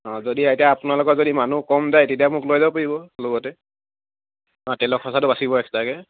অঁ যদি এতিয়া আপোনালোকৰ যদি মানুহ কম যায় তেতিয়া মোক লৈ যাব পাৰিব লগতে অঁ তেলৰ খৰচটো বাচিব এক্সট্ৰাকৈ